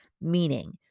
meaning